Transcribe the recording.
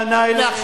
הנה,